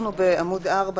בעמוד 4 למטה,